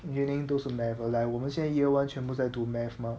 beginning 都是 math like 我们现在 year one 全部都在读 maths 吗